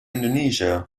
indonesia